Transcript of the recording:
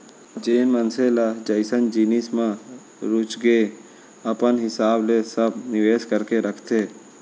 जेन मनसे ल जइसन जिनिस म रुचगे अपन हिसाब ले सब निवेस करके रखथे